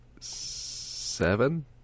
seven